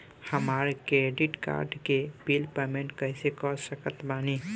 हमार credit card के bill payment कइसे कर सकत बानी?